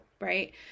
Right